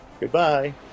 Goodbye